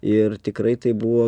ir tikrai tai buvo